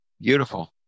Beautiful